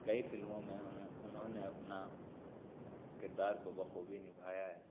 کئی فلموں میں انہیں انہوں نے اپنا کردار کو بخوبی نبھایا ہے